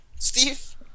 Steve